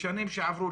בשנים שעברו,